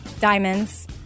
diamonds